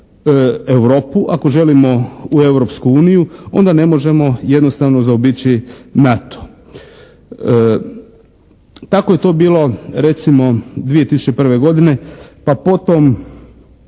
Europu, ako želimo u Europsku uniju, onda ne možemo jednostavno zaobići NATO. Tako je to bilo recimo 2001. godine, pa potom